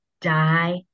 die